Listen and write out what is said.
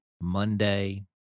Monday